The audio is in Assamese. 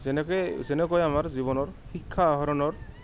যেনেকে যেনেকৈ আমাৰ জীৱনৰ শিক্ষা আহৰণৰ